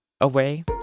away